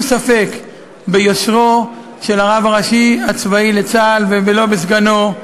ספק ביושרו של הרב הראשי הצבאי לצה"ל ולא בסגנו.